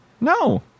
no